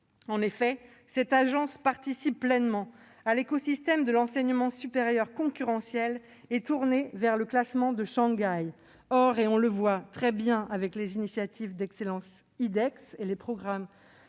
En effet, cette agence participe pleinement à l'écosystème de l'enseignement supérieur concurrentiel et tourné vers le classement de Shanghai. Or, comme on le voit avec les initiatives d'excellence (IDEX) et le programme